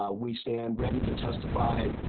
ah we stand ready to testify.